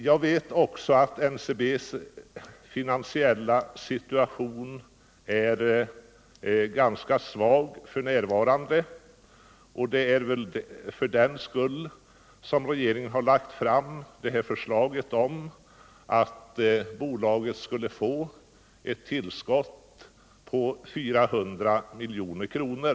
Jag vet också att NCB:s finansiella situation är ganska svag f. n., och det är väl för den skull som regeringen lagt fram förslag om att bolaget skulle få ett tillskott på 400 milj.kr.